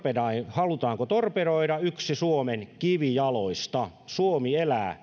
halutaanko torpedoida yksi suomen kivijaloista suomi elää